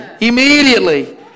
Immediately